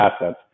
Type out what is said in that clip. assets